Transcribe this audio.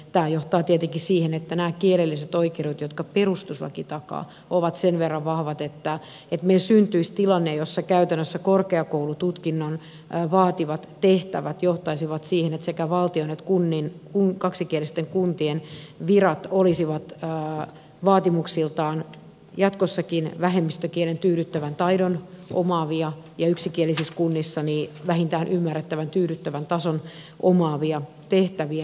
tämä johtaa tietenkin siihen että nämä kielelliset oikeudet jotka perustuslaki takaa ovat sen verran vahvat että meille syntyisi tilanne jossa käytännössä korkeakoulututkinnon vaativat tehtävät johtaisivat siihen että sekä valtion että kaksikielisten kuntien virat olisivat vaatimuksiltaan jatkossakin vähemmistökielen tyydyttävän taidon omaavia ja yksikielisissä kunnissa vähintään ymmärrettävän tyydyttävän tason omaavia tehtäviä